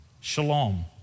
shalom